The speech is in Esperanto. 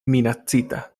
minacita